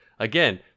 Again